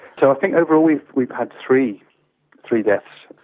so i think overall we've we've had three three deaths.